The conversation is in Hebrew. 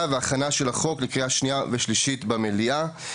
והכנה של החוק לקריאה שנייה ושלישית במליאה.